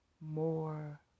more